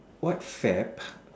what fab